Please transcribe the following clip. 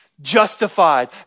justified